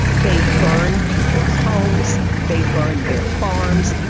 they burned people's homes, they burned their farms,